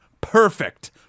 perfect